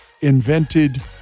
invented